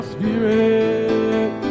Spirit